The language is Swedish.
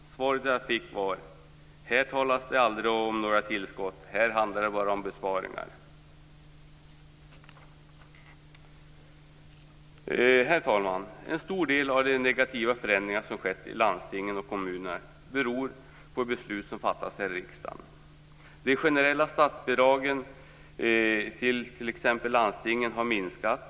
Det svar som jag fick var: Här talas det aldrig om några tillskott - här handlar det bara om besparingar. Herr talman! En stor del av de negativa förändringar som skett i landsting och kommuner beror på beslut som fattats här i riksdagen. Så har t.ex. det generella statsbidraget till landstingen minskat.